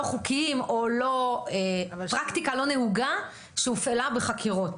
חוקיים או פרקטיקה לא נהוגה שהופעלה בחקירות.